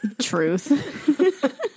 Truth